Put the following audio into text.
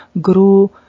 grew